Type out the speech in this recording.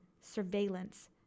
surveillance